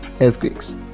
Earthquakes